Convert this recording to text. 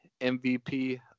MVP